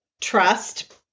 Trust